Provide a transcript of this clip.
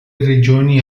regioni